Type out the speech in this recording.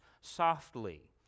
Softly